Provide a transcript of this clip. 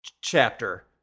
chapter